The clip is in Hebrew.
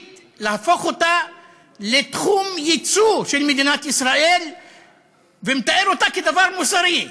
להפוך אותה לתחום יצוא של מדינת ישראל ומתאר אותה כדבר מוסרי.